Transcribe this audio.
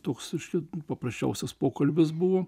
toks reiškia paprasčiausias pokalbis buvo